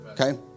okay